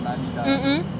mm mm